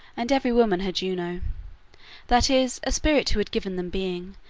and every woman her juno that is, a spirit who had given them being,